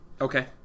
Okay